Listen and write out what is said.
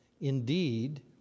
indeed